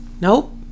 Nope